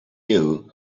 you